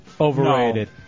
overrated